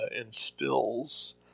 instills